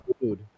food